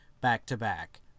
back-to-back